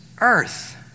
earth